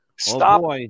Stop